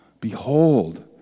behold